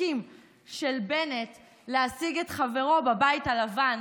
פוסקים של בנט להשיג את חברו בבית הלבן,